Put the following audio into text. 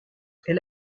elle